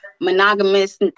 monogamous